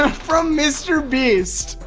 from mr. beast.